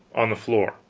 on the floor.